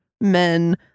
men